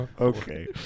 Okay